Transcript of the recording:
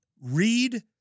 read